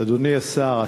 אדוני השר,